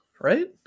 right